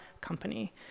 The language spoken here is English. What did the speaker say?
company